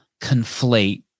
conflate